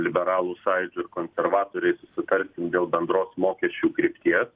liberalų sąjūdžiu konservatoriais sutarsim dėl bendros mokesčių krypties